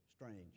strange